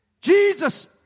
Jesus